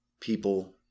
people